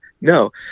No